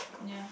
yeah